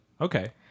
Okay